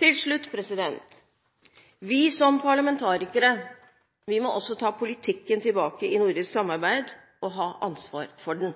Til slutt: Vi som parlamentarikere må også ta politikken tilbake i nordisk samarbeid og ta ansvaret for den.